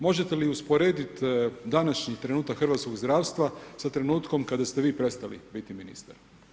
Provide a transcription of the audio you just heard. Možete li usporediti današnji trenutak hrvatskog zdravstva sa trenutkom kada ste vi prestali biti ministar?